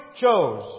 chose